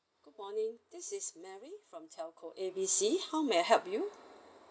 good morning this is mary from telco A B C how may I help you